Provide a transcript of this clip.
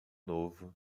novo